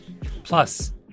Plus